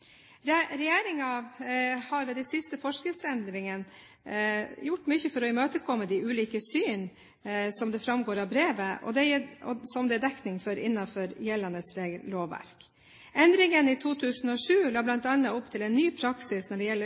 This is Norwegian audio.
har ved de siste forskriftsendringene gjort mye for å imøtekomme de ulike syn – det framgår av brevet – som det er dekning for innenfor gjeldende lovverk. Endringene i 2007 la bl.a. opp til en ny praksis når det gjelder